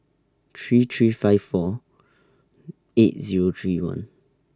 three three five four eight Zero three one